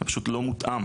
הוא פשוט לא מותאם.